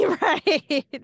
Right